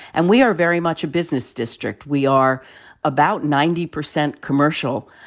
and we are very much a business district. we are about ninety percent commercial.